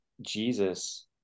Jesus